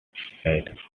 head